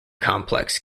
complex